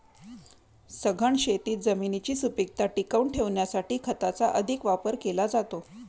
सघन शेतीत जमिनीची सुपीकता टिकवून ठेवण्यासाठी खताचा अधिक वापर केला जातो